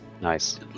Nice